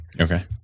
Okay